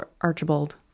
Archibald